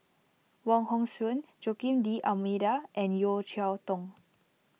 Wong Hong Suen Joaquim D'Almeida and Yeo Cheow Tong